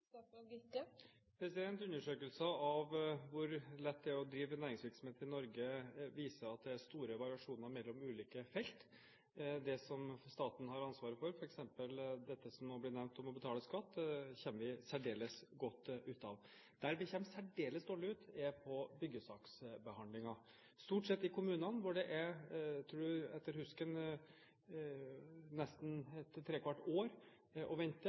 av hvor lett det er å drive næringsvirksomhet i Norge, viser at det er store variasjoner mellom ulike felt. Det som staten har ansvaret for, f.eks. det som nå ble nevnt om å betale skatt, kommer vi særdeles godt ut av. Der vi kommer særdeles dårlig ut, er på byggesaksbehandlinger. Stort sett er det i kommunene – etter husken – nesten trekvart år å vente